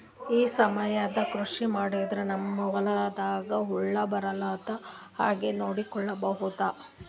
ಈ ಸಾವಯವ ಕೃಷಿ ಮಾಡದ್ರ ನಮ್ ಹೊಲ್ದಾಗ ಹುಳ ಬರಲಾರದ ಹಂಗ್ ನೋಡಿಕೊಳ್ಳುವುದ?